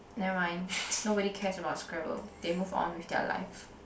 never mind nobody cares about scrabble they move on with their life